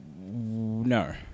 No